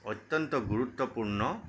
অত্য়ন্ত গুৰুত্বপূৰ্ণ